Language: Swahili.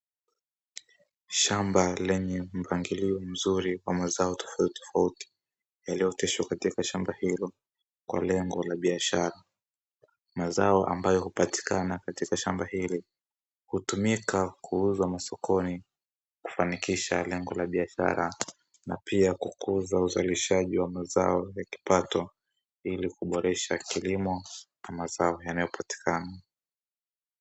Shamba lenye mpangilio mzuri wa mazao tofautitofauti yaliyooteshwa katika shamba hilo kwa lengo la biashara. Mazao ambayo hupatikana katika shamba hili hutumika kuuzwa masokoni kufanikisha lengo la biashara, na pia kukuza uzalishaji wa mazao na kipato ili kuboresha kilimo na mazao yanayopatikana.